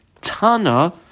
Tana